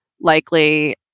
likely